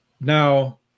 Now